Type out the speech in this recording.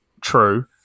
true